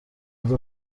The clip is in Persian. ازت